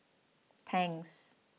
Tangs